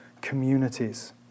communities